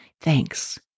Thanks